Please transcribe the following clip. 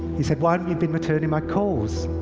he said, why haven't you been returning my calls?